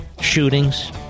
shootings